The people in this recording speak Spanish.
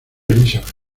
elizabeth